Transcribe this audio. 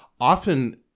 often